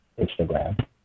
Instagram